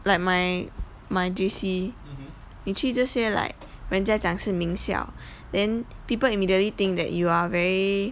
like my my J_C 你去这些 like 人家讲是名校 then people immediately think that you are very